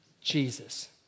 Jesus